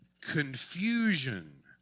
confusion